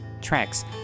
tracks